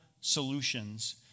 solutions